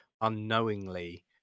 unknowingly